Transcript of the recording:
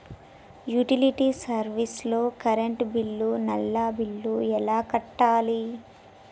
Utility service లో current bill, నల్లా bill ఎలా కట్టాలి?